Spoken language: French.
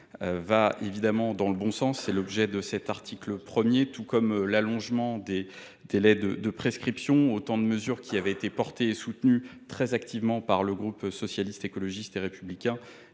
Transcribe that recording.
va évidemment dans le bon sens, tout comme l’allongement des délais de prescription : autant de mesures qui avaient été portées et soutenues très activement par le groupe Socialiste, Écologiste et Républicain.